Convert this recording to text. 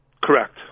Correct